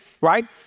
right